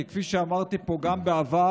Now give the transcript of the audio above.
כי כפי שאמרתי פה גם בעבר,